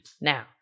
Now